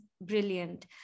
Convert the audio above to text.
brilliant